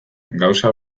gauza